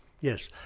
yes